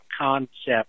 concept